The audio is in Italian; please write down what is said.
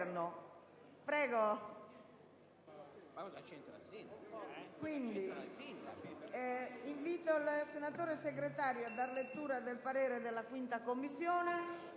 Governo, invito il senatore Segretario a dare lettura del parere della 5a Commissione